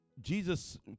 jesus